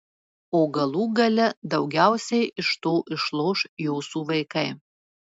o galų gale daugiausiai iš to išloš jūsų vaikai